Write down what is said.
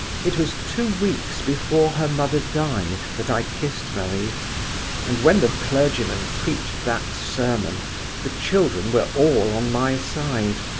it was two weeks before her mother died that i had kissed marie and when the clergyman preached that sermon the children were all on my side.